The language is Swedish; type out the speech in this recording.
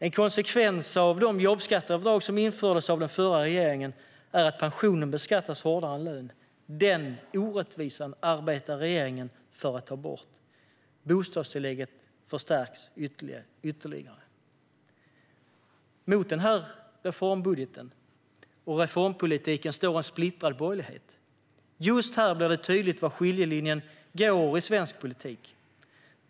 En konsekvens av de jobbskatteavdrag som infördes av den förra regeringen är att pension beskattas hårdare än lön. Den orättvisan arbetar regeringen för att ta bort. Bostadstillägget förstärks ytterligare. Mot reformbudgeten och reformpolitiken står en splittrad borgerlighet. Just här blir det tydligt var skiljelinjen går i svensk politik.